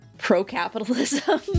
pro-capitalism